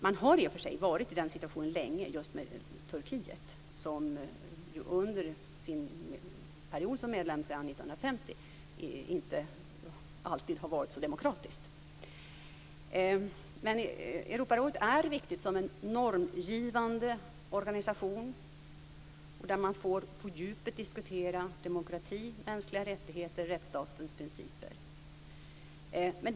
Man har i och för sig varit i den situationen länge just när det gäller Turkiet, som under sin period som medlem, sedan 1950, inte alltid har varit så demokratiskt. Men Europarådet är viktigt som en normgivande organisation, där man på djupet får diskutera demokrati, mänskliga rättigheter och rättsstatens principer.